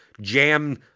jam